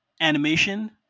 animation